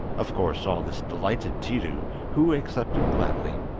of course all this delighted tiidu, who accepted gladly,